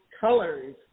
colors